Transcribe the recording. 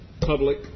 public